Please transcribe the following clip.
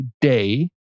day